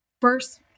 first-